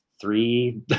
three